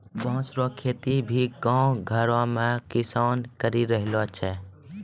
बाँस रो खेती भी गाँव घर मे किसान करि रहलो छै